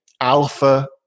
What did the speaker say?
alpha